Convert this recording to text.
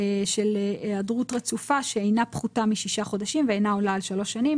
של היעדרות רצופה שאינה פחותה משישה חודשים ואינה עולה על שלוש שנים".